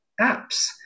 apps